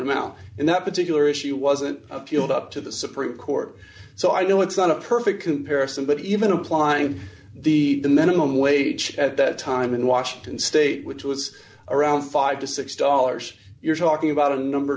amount and that particular issue wasn't appealed up to the supreme court so i know it's not a perfect comparison but even applying the the minimum wage at that time in washington state which was around five dollars to six dollars you're talking about a number